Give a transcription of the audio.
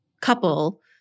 couple